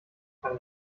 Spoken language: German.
ein